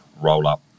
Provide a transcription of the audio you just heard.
roll-up